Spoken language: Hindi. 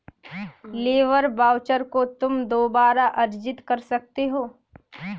लेबर वाउचर को तुम दोबारा अर्जित कर सकते हो